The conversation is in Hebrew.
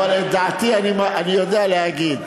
אבל את דעתי אני יודע להגיד.